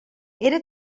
era